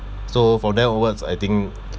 so from then onwards I think